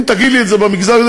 אם תגיד לי את זה במגזר היהודי,